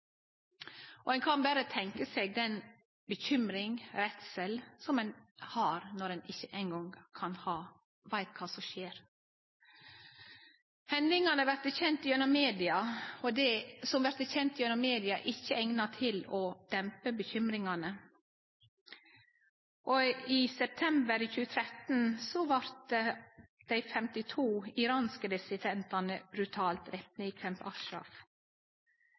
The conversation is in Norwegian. Ein kan berre tenkje seg den bekymring og redsel som ein har når ein ikkje eingong veit kva som skjer. Hendingane som vert kjende gjennom media, er ikkje eigna til å dempe bekymringane. I september 2013 vart 52 iranske dissidentar brutalt drepne i Camp Ashraf.